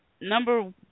number